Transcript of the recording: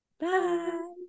Bye